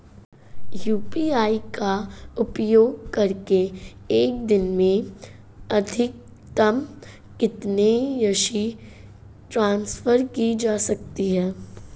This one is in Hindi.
यू.पी.आई का उपयोग करके एक दिन में अधिकतम कितनी राशि ट्रांसफर की जा सकती है?